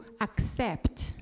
accept